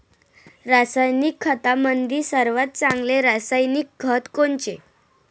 रासायनिक खतामंदी सर्वात चांगले रासायनिक खत कोनचे?